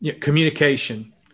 communication